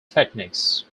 techniques